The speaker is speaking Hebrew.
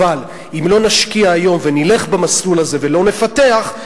אבל אם לא נשקיע היום ונלך במסלול הזה ולא נפתח,